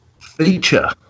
feature